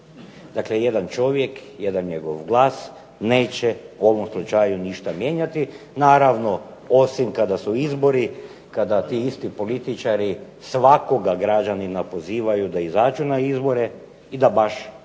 Dakle, jedan čovjek, jedan njegov glas neće u ovom slučaju ništa mijenjati, naravno osim kada su izbori, kada ti isti političari svakoga građanina pozivaju da izađu na izbore i da baš za